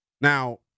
Now